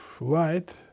light